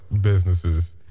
businesses